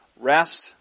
rest